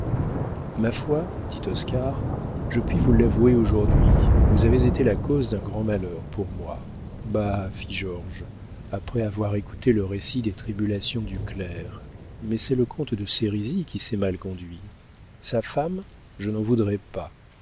ma foi dit oscar je puis vous l'avouer aujourd'hui vous avez été la cause d'un grand malheur pour moi bah fit georges après avoir écouté le récit des tribulations du clerc mais c'est le comte de sérisy qui s'est mal conduit sa femme je n'en voudrais pas